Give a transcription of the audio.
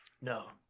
No